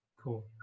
Cool